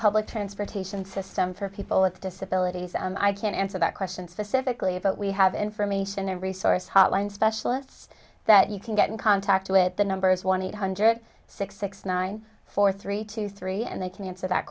public transportation system for people with disabilities and i can answer that question specifically about we have information and resource hotline specialists that you can get in contact with the numbers one eight hundred six six nine four three two three and they can answer that